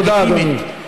תודה, אדוני.